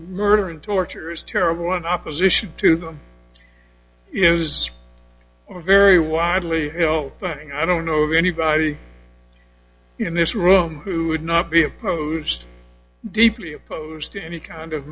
murder and torture is terrible in opposition to them is a very widely know thing i don't know of anybody in this room who would not be opposed deeply opposed to any kind of